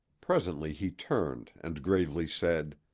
presently he turned and gravely said